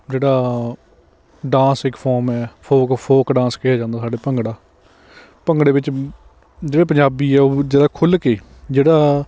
ਜਿਹੜਾ ਡਾਂਸ ਇੱਕ ਫੋਮ ਹੈ ਫੋਕ ਫੋਕ ਡਾਂਸ ਕਿਹਾ ਜਾਂਦਾ ਸਾਡੇ ਭੰਗੜਾ ਭੰਗੜੇ ਵਿੱਚ ਜਿਹੜੇ ਪੰਜਾਬੀ ਹੈ ਉਹ ਜਿੱਦਾਂ ਖੁੱਲ੍ਹ ਕੇ ਜਿਹੜਾ